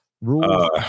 Rules